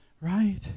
right